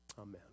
Amen